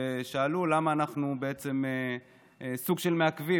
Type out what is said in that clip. ושאלו למה אנחנו בעצם סוג של מעכבים.